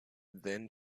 then